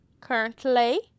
currently